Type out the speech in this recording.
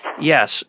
Yes